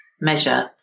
measure